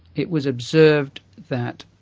it was observed that